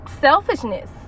selfishness